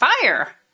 fire